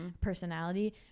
personality